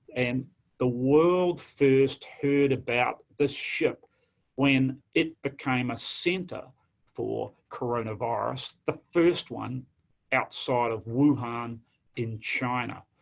and the world first heard about this ship when it became a center for coronavirus, the first one outside of wuhan in china.